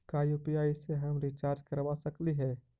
का यु.पी.आई से हम रिचार्ज करवा सकली हे?